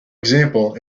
example